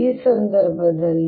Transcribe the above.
ಈ ಸಂದರ್ಭದಲ್ಲಿ